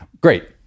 great